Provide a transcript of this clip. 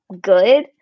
good